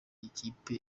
ikipe